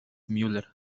müller